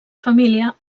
família